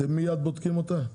אתם בודקים אותה מייד?